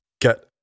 get